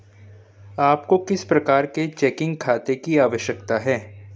आपको किस प्रकार के चेकिंग खाते की आवश्यकता है?